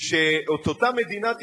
ואת אותה מדינת ישראל,